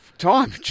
Time